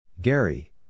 Gary